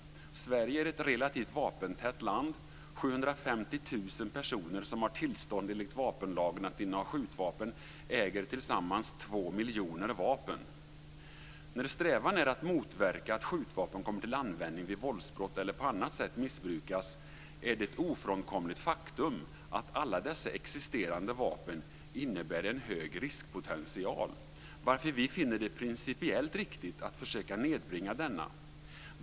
Sverige är ett relativt vapentätt land. 750 000 personer som har tillstånd enligt vapenlagen att inneha skjutvapen äger tillsammans två miljoner vapen. När strävan är att motverka att skjutvapen kommer till användning vid våldsbrott eller på annat sätt missbrukas är det ett ofrånkomligt faktum att alla dessa existerande vapen innebär en hög riskpotential, varför vi finner det principiellt riktigt att försöka nedbringa denna.